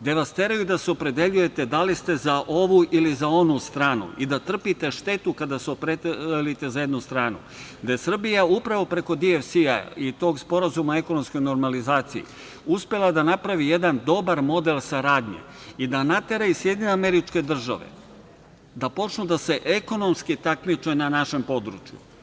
gde nas teraju da se opredeljujete da li ste za ovu ili za onu stranu i da trpite štetu kada se opredelite za jednu stranu gde je Srbija upravo preko DFC-a i tog Sporazuma o ekonomskoj normalizaciji uspela da napravi jedan dobar model saradnje i da natera i SAD da počnu da se ekonomski takmiče na našem području.